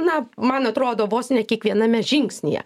na man atrodo vos ne kiekviename žingsnyje